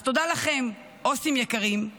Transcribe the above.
אז תודה לכם, עו"סים יקרים, תלמדו,